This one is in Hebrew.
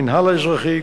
המינהל האזרחי,